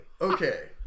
okay